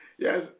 Yes